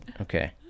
okay